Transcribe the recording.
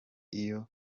iyo